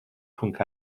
pwnc